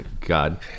God